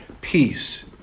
Peace